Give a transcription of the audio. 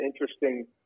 interesting